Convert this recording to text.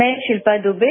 मैं शिल्या दुबे